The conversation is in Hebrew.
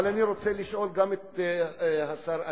אבל אני רוצה לשאול גם את השר אטיאס,